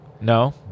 No